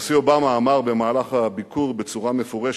הנשיא אובמה אמר במהלך הביקור בצורה מפורשת,